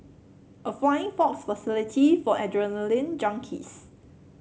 a flying fox facility for adrenaline junkies